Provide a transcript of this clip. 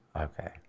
Okay